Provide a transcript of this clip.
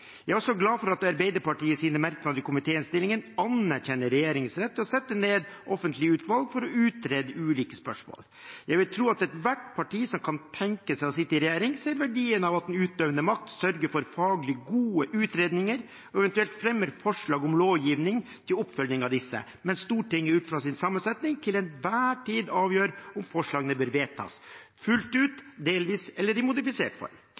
Jeg er også glad for at Arbeiderpartiet i sine merknader i komitéinnstillingen anerkjenner regjeringens rett til å sette ned offentlige utvalg for å utrede ulike spørsmål. Jeg vil tro at ethvert parti som kan tenke seg å sitte i regjering, ser verdien i at den utøvende makt sørger for faglig gode utredninger, og eventuelt fremmer forslag om lovgivning til oppfølging av disse, mens Stortinget, ut fra sin sammensetning, til enhver tid avgjør om forslagene bør vedtas fullt ut, delvis eller i modifisert form.